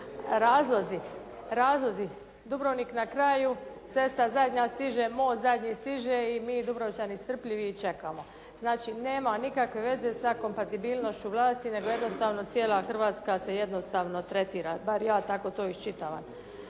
Razlozi, Dubrovnik na kraju cesta zadnja stiže, most zadnji stiže i mi Dubrovčani strpljivi i čekamo. Znači, nema nikakve veze sa kompatibilnošću vlasti nego jednostavno cijela Hrvatska se jednostavno tretira, bar ja tako to iščitavam.